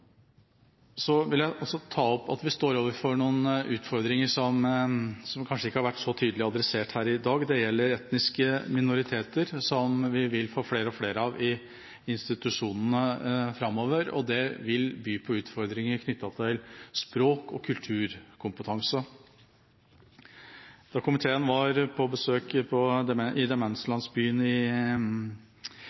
Vi står overfor noen utfordringer som kanskje ikke har vært så tydelig adressert her i dag. Det gjelder etniske minoriteter, som vi vil få flere og flere av i institusjonene framover. Det vil by på utfordringer knyttet til kompetanse innen språk og kultur. Da komiteen var på besøk i en av demenslandsbyene i